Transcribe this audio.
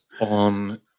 on